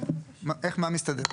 איך מה מסתדר?